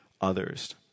others